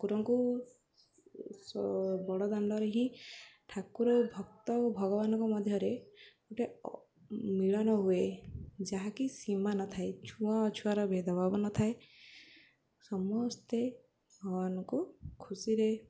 ଠାକୁରଙ୍କୁ ବଡ଼ଦାଣ୍ଡରେ ହିଁ ଠାକୁର ଭକ୍ତ ଓ ଭଗବାନଙ୍କ ମଧ୍ୟରେ ଗୋଟେ ମିଳନ ହୁଏ ଯାହାକି ସୀମା ନଥାଏ ଛୁଆଁ ଅଛୁଆଁର ଭେଦଭାବ ନଥାଏ ସମସ୍ତେ ଭଗବାନଙ୍କୁ ଖୁସିରେ